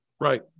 Right